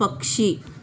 पक्षी